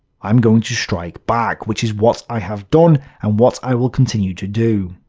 i'm going to strike back, which is what i have done, and what i will continue to do.